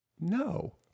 No